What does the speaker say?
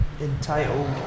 entitled